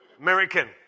American